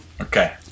Okay